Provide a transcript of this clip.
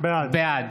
בעד